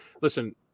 listen